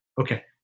Okay